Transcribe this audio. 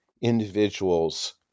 individuals